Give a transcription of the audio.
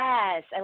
Yes